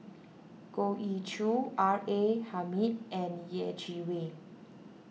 Goh Ee Choo R A Hamid and Yeh Chi Wei